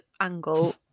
angle